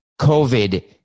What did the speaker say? COVID